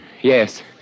Yes